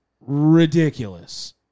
ridiculous